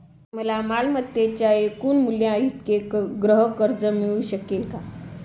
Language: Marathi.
मला मालमत्तेच्या एकूण मूल्याइतके गृहकर्ज मिळू शकेल का?